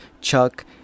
Chuck